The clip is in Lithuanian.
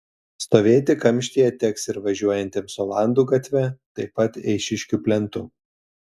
stovėti kamštyje teks ir važiuojantiems olandų gatve taip pat eišiškių plentu